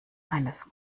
eines